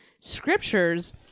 scriptures